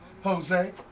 Jose